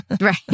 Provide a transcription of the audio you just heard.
right